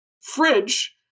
Fridge